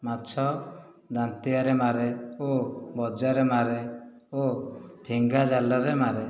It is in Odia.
ମାଛ ଦାନ୍ତିଆରେ ମାରେ ଓ ଗଜାରେ ମାରେ ଓ ଫିଙ୍ଗା ଜାଲରେ ମାରେ